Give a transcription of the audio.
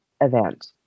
event